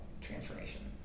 transformation